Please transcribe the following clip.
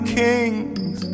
kings